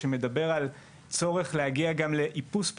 מאז אנחנו מדברים על עוד שבע החלטות,